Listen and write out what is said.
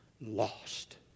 lost